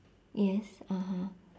yes (uh huh)